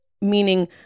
Meaning